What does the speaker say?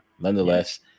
Nonetheless